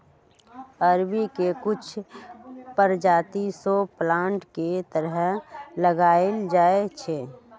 अरबी के कुछ परजाति शो प्लांट के तरह लगाएल जाई छई